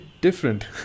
different